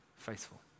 faithful